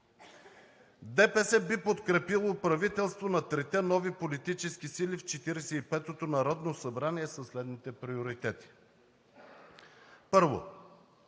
ДПС би подкрепило правителство на трите нови политически сили в 45-ото народно събрание със следните приоритети: Първо,